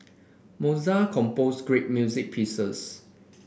Mozart composed great music pieces